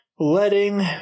Letting